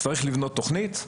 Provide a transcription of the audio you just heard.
צריך לבנות תכנית.